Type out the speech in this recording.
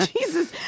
Jesus